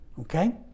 Okay